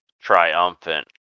triumphant